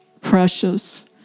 precious